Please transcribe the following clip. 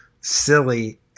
silly